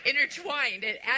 intertwined